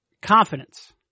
confidence